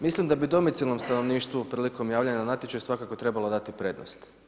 Mislim da bi domicilnom stanovništvu prilikom javljanja na natječaj svakako trebalo dati prednost.